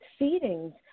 seedings